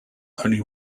only